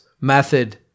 method